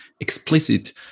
explicit